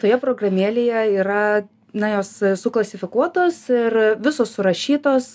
toje programėlėje yra na jos e suklasifikuotos ir visos surašytos